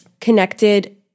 connected